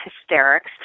hysterics